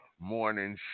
Morning